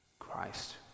Christ